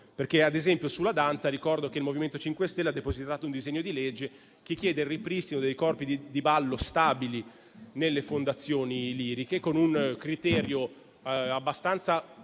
futuro. Ad esempio, sulla danza, ricordo che il MoVimento 5 Stelle ha depositato un disegno di legge che chiede il ripristino dei corpi di ballo stabili nelle fondazioni liriche, con un criterio abbastanza